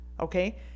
okay